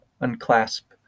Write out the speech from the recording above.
unclasp